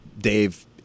Dave